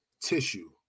tissue